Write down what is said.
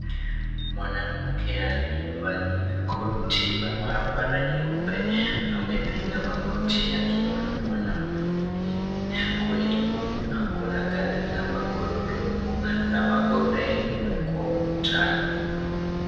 Mwanamke aliyevalia koti la maabara nyeupe, amepiga magoti akiwa na mwanaume mwingine. Kule nyuma kuna gari la magurudumu na magoda iliyowekwa ukutani.